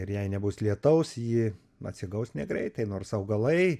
ir jei nebus lietaus ji atsigaus negreitai nors augalai